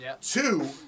Two